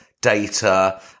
data